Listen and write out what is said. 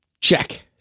Check